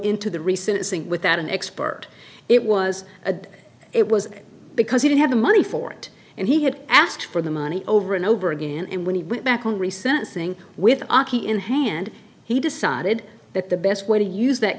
recent thing without an expert it was a it was because he didn't have the money for it and he had asked for the money over and over again and when he went back and re sensing with aki in hand he decided that the best way to use that